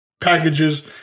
packages